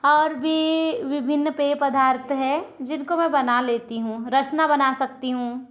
और भी विभिन्न पेय पदार्थ है जिनको मैं बना लेती हूँ रसना बना सकती हूँ